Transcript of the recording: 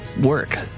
work